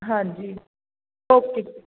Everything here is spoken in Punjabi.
ਹਾਂਜੀ ਓਕੇ